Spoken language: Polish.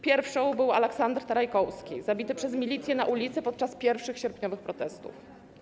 Pierwszą był Alaksandr Tarajkouski, zabity przez milicję na ulicy podczas pierwszych sierpniowych protestów.